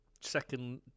second